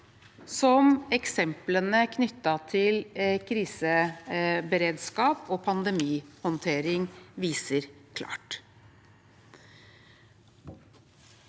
som eksemplene knyttet til kriseberedskap og pandemihåndtering viser klart.